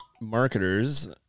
marketers